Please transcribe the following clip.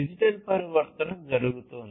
digital పరివర్తన జరుగుతోంది